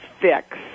fix